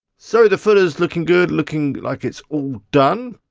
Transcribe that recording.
so the footer's looking good, looking like it's all done.